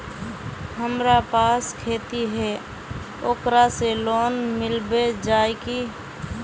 हमरा पास खेती है ओकरा से लोन मिलबे जाए की?